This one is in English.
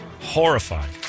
Horrifying